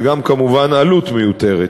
וגם כמובן עלות מיותרת.